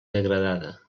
degradada